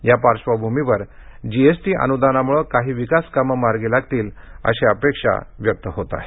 या पार्श्वभूमीवर जीएसटी अनुदानामुळे काही विकास कामं मार्गी लागतील अशी अपेक्षा व्यक्त होत आहे